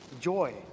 joy